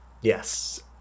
Yes